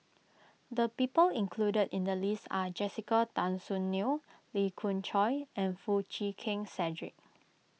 the people included in the list are Jessica Tan Soon Neo Lee Khoon Choy and Foo Chee Keng Cedric